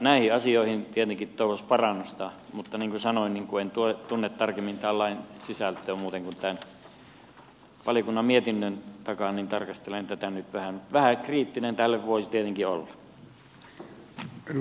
näihin asioihin tietenkin toivoisi parannusta mutta niin kuin sanoin kun en tunne tarkemmin tämän lain sisältöä muuten kuin valiokunnan mietinnön takaa niin vähän kriittinen tälle voisi tietenkin olla